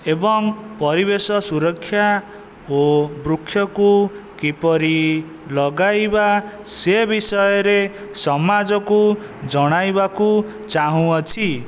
ଏବଂ ପରିବେଶ ସୁରକ୍ଷା ଓ ବୃକ୍ଷକୁ କିପରି ଲଗାଇବା ସେ ବିଷୟରେ ସମାଜକୁ ଜଣାଇବାକୁ ଚାହୁଁଅଛି